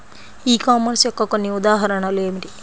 ఈ కామర్స్ యొక్క కొన్ని ఉదాహరణలు ఏమిటి?